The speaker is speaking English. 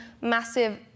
massive